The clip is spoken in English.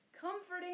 Comforting